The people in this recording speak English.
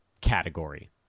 category